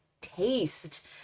taste